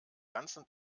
ganzen